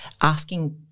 asking